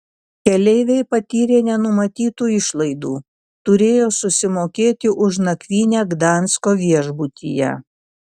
keleiviai patyrė nenumatytų išlaidų turėjo susimokėti už nakvynę gdansko viešbutyje